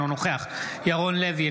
אינו נוכח ירון לוי,